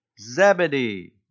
Zebedee